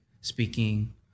speaking